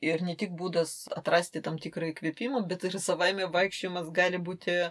ir ne tik būdas atrasti tam tikrą įkvėpimą bet ir savaime vaikščiojimas gali būti